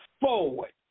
forward